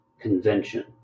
convention